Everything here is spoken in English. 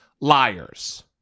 liars